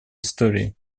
истории